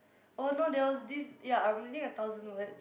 oh no there was this ya I'm reading a thousand word